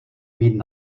mít